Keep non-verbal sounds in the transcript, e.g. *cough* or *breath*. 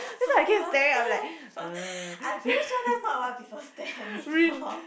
*laughs* I'm pretty sure that's not what people stare at me for *breath*